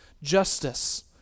Justice